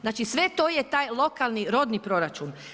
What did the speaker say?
Znači sve to je taj lokalni, rodni proračun.